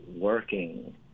working